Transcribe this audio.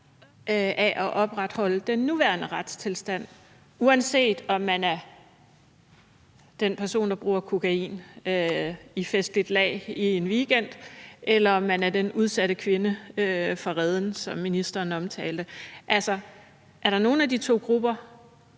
af at opretholde den nuværende retstilstand, uanset om man er den person, der bruger kokain i festligt lag i en weekend, eller om man er den udsatte kvinde fra Reden, som ministeren omtalte. Er der nogen af de to grupper,